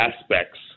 aspects